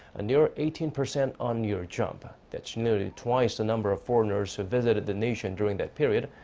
a near eighteen percent on-year jump. that's nearly twice the number of foreigners who visited the nation during that period.